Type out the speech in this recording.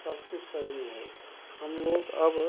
सब कुछ सही है हम लोग अब